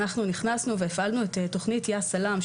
נכנסנו והפעלנו את תוכנית יא סלאם,